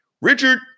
Richard